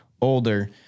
older